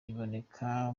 iboneka